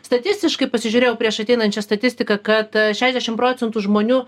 statistiškai pasižiūrėjau prieš ateinant čia statistiką kad šešiasdešimt procentų žmonių